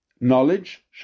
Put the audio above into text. knowledge